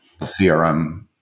CRM